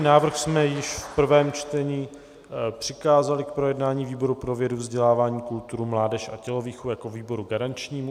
Návrh jsme již v prvém čtení přikázali k projednání výboru pro vědu, vzdělávání, kulturu, mládež a tělovýchovu jako výboru garančnímu.